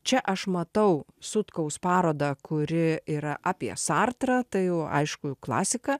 čia aš matau sutkaus parodą kuri yra apie sartrą tai jau aišku klasika